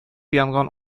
янган